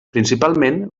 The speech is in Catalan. principalment